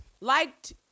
liked